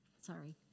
Sorry